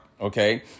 Okay